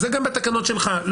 זה גם בתקנות שלך.